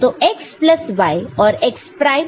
तो x plus y और x prime dot y prime